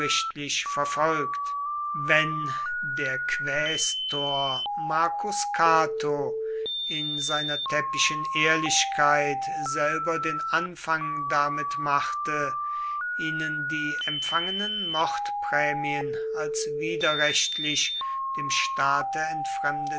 verfolgt wenn der quästor marcus cato in seiner täppischen ehrlichkeit selber den anfang damit machte ihnen die empfangenen mordprämien als widerrechtlich dem staate